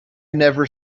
never